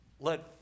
Let